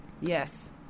Yes